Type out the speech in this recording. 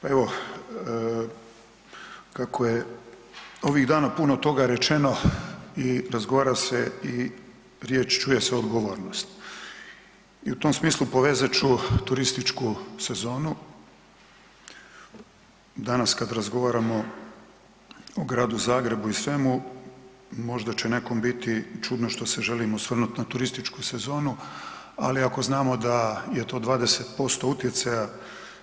Pa evo, kako je ovih dana puno toga rečeno i razgovara se i riječ, čuje se „odgovornost“ i u tom smislu povezat ću turističku sezonu, danas kad razgovaramo o gradu Zagrebu i svemu, možda će nekom biti čudno što se želim osvrnuti na turističku sezonu ali ako znamo da je to 20% utjecaja